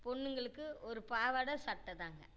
பொண்ணுங்களுக்கு ஒரு பாவாடை சட்டைதாங்க